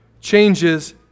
changes